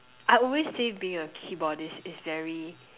I always say being a keyboardist is very